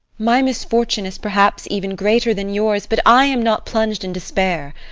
my misfortune is perhaps even greater than yours, but i am not plunged in despair.